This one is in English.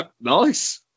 Nice